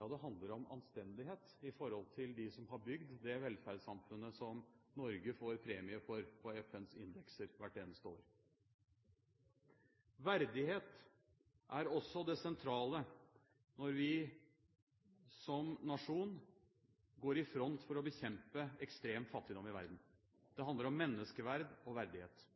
ja, det handler om anstendighet for dem som har bygd det velferdssamfunnet som Norge får premie for på FNs indekser hvert eneste år. Verdighet er også det sentrale når vi som nasjon går i front for å bekjempe ekstrem fattigdom i verden. Det handler om menneskeverd og verdighet.